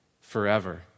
forever